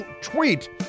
tweet